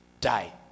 die